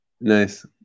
Nice